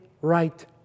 right